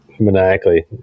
maniacally